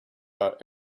are